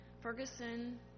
Ferguson